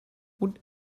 would